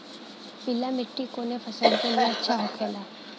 पीला मिट्टी कोने फसल के लिए अच्छा होखे ला?